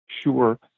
Sure